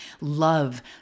love